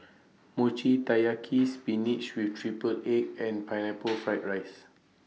Mochi Taiyaki Spinach with Triple Egg and Pineapple Fried Rice